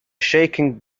shaking